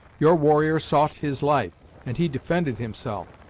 your warrior sought his life, and he defended himself.